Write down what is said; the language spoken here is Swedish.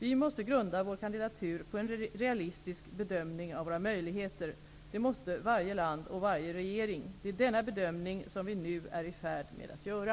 Vi måste grunda vår kandidatur på en realistisk bedömning av våra möjligheter. Det måste varje land och varje regering göra. Det är denna bedömning som vi nu är i färd med att göra.